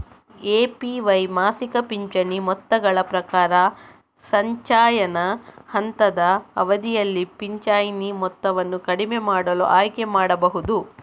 APY ಮಾಸಿಕ ಪಿಂಚಣಿ ಮೊತ್ತಗಳ ಪ್ರಕಾರ, ಸಂಚಯನ ಹಂತದ ಅವಧಿಯಲ್ಲಿ ಪಿಂಚಣಿ ಮೊತ್ತವನ್ನು ಕಡಿಮೆ ಮಾಡಲು ಆಯ್ಕೆ ಮಾಡಬಹುದು